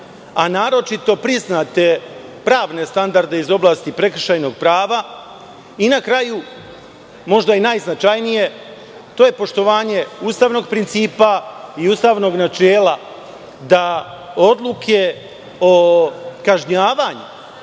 a naročito priznate pravne standarde iz oblasti prekršajnog prava i na kraju, možda i najznačajnije, to je poštovanje ustavnog principa i ustavnog načela da odluke o kažnjavanju